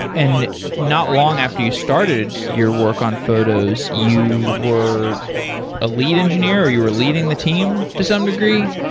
and not long after you started your work on photos, you were a lead engineer, or you were leading the team to some degree?